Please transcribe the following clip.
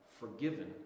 Forgiven